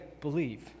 believe